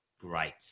Great